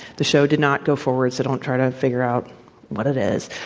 the show did not go forward, so don't try to figure out what it is.